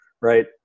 right